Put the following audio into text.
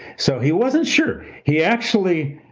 so, he wasn't sure. he actually.